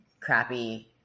crappy